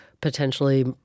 potentially